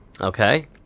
Okay